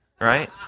right